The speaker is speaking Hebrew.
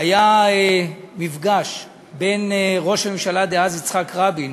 היה מפגש בין ראש הממשלה דאז יצחק רבין